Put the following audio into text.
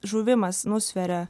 žuvimas nusveria